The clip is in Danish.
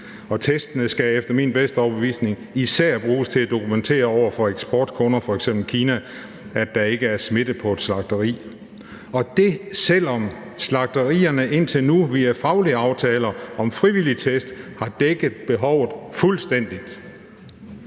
Testene skal efter min bedste overbevisning især bruges til at dokumentere over for eksportkunder, f.eks. Kina, at der ikke er smitte på et slagteri. Det er, selv om slagterierne indtil nu via faglige aftaler om frivillige test har dækket behovet fuldstændig.